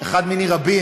אחד מני רבים,